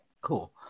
Cool